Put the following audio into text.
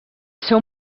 seu